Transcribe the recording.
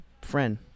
friend